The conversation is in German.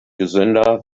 gesünder